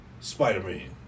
Spider-Man